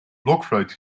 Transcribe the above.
blokfluit